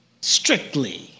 strictly